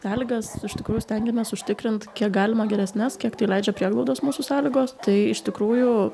sąlygas iš tikrųjų stengiamės užtikrint kiek galima geresnes kiek tai leidžia prieglaudos mūsų sąlygos tai iš tikrųjų